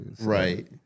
Right